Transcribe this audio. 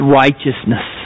righteousness